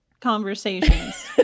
conversations